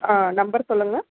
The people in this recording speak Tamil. ஆ நம்பர் சொல்லுங்கள்